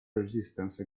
resistance